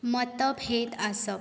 मतभेद आसप